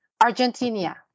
Argentina